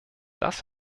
das